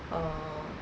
err